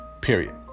period